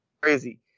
crazy